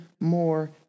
more